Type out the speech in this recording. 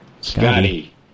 Scotty